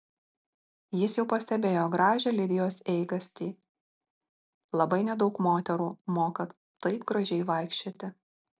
jis jau pastebėjo gražią lidijos eigastį labai nedaug moterų moka taip gražiai vaikščioti